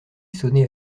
sonner